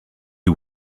you